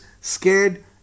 scared